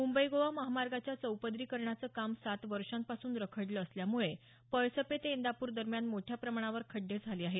मुंबई गोवा महामार्गाच्या चौपदरीकरणाचं काम सात वर्षांपासून रखडलं असल्यामुळे पळसपे ते इंदापूर दरम्यान मोठ्या प्रमाणावर खड्डे झाले आहेत